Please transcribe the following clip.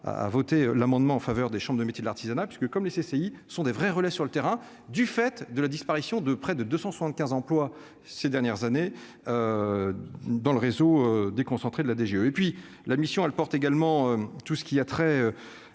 à voter l'amendement en faveur des chambres de métiers de l'artisanat puisque comme les CCI sont des vrais relais sur le terrain du fait de la disparition de près de 275 emplois ces dernières années dans le réseau des concentrés de la DGE et puis la mission elle porte également tout ce qui a trait